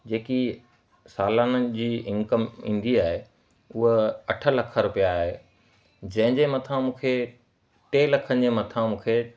जेकी सालाना जी इंकम ईंदी आह उहो अठ लख रुपया आहे जंहिंजे मथां मूंखे टे लखनि जे मथां मूंखे